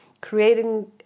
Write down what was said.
creating